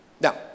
Now